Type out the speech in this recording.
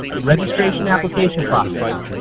registration application process.